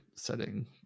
setting